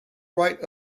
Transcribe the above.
right